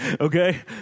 okay